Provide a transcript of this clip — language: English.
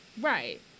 Right